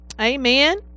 Amen